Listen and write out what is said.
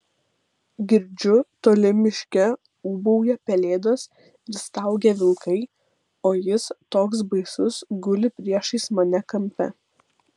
girdžiu toli miške ūbauja pelėdos ir staugia vilkai o jis toks baisus guli priešais mane kampe